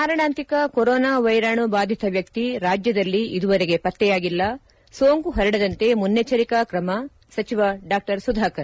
ಮಾರಣಾಂತಿಕ ಕೊರೊನಾ ವೈರಾಣು ಬಾಧಿತ ವ್ಯಕ್ತ ರಾಜ್ಯದಲ್ಲಿ ಇದುವರೆಗೆ ಪತ್ತೆಯಾಗಿಲ್ಲ ಸೋಂಕು ಹರಡದಂತೆ ಮುನ್ನೆಚ್ಚರಿಕಾ ಕ್ರಮ ಸಚಿವ ಡಾ ಸುಧಾಕರ್